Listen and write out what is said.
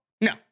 No